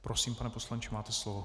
Prosím, pane poslanče, máte slovo.